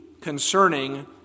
concerning